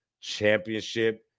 championship